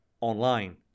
online